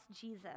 Jesus